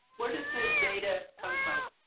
where does the data come from